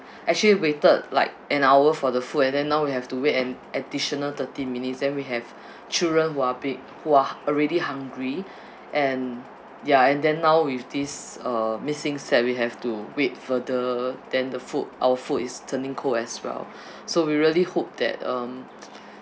actually waited like an hour for the food and then now we have to wait an additional thirty minutes then we have children who are pick who are already hungry and ya and then now with this uh missing set we have to wait further then the food our food is turning cold as well so we really hope that um